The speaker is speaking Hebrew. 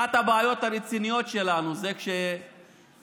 אחת הבעיות הרציניות שלנו היא שכשאנשים